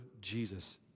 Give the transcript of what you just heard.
Jesus